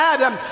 Adam